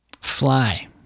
fly